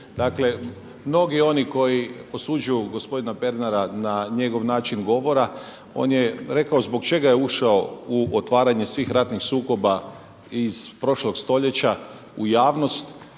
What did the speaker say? Dakle, mnogi oni koji osuđuju gospodina Pernara na njegov način govora on je rekao zbog čega je ušao u otvaranje svih ratnih sukoba iz prošlog stoljeća u javnost,